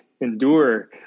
endure